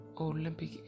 Olympic